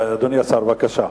אדוני השר, בבקשה.